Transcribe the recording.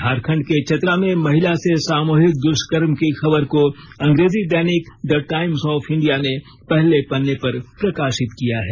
झारखंड के चतरा में महिला से सामूहिक दुष्कर्म की खबर को अंग्रेजी दैनिक द टाइम्स ऑफ इंडिया ने पहले पन्ने पर प्रकाशित किया है